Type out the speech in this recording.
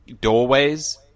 doorways